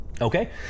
Okay